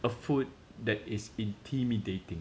a food that is intimidating